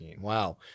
Wow